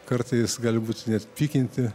kartais gali būt net pykinti